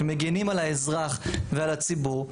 שמגנים על האזרח ועל הציבור.